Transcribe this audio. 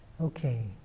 Okay